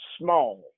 small